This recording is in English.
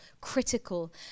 critical